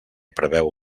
preveu